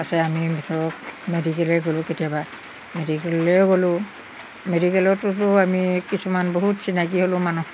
আছে আমি ভিতৰত মেডিকেলে গ'লোঁ কেতিয়াবা মেডিকেললেও গ'লোঁ মেডিকেলতোততো আমি কিছুমান বহুত চিনাকী হ'লোঁ মানুহ